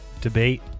debate